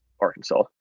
Arkansas